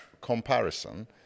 comparison